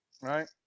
Right